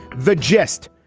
the gist,